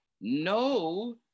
no